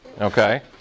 okay